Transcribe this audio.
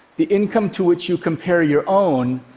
the income to which you compare your own,